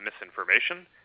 misinformation